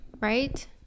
right